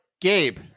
Gabe